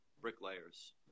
bricklayers